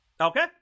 Okay